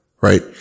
Right